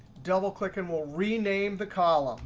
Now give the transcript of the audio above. double click and we'll rename the column